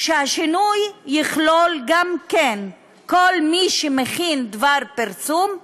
שהחוק יכלול גם כן את כל מי שמכין דבר פרסום,